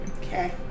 Okay